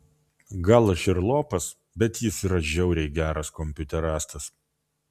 gal aš ir lopas bet jis yra žiauriai geras kompiuterastas